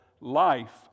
Life